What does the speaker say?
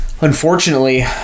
Unfortunately